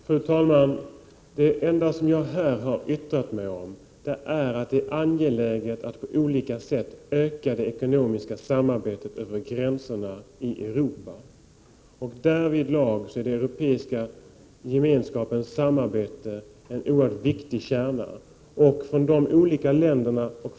Fru talman! Det enda som jag här har yttrat är att det är angeläget att på olika sätt öka det ekonomiska samarbetet över gränserna i Europa. Därvidlag är den europeiska gemenskapens samarbete en oerhört viktig kärna.